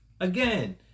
again